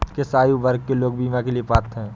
किस आयु वर्ग के लोग बीमा के लिए पात्र हैं?